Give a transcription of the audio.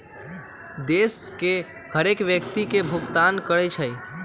देश के हरेक व्यक्ति के भुगतान करइ छइ